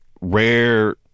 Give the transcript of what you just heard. rare